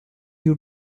you